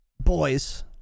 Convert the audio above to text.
boys